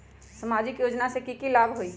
सामाजिक योजना से की की लाभ होई?